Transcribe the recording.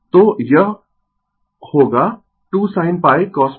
तो यह होगा 2 sin cos